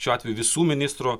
šiuo atveju visų ministrų